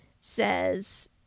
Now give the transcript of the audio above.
says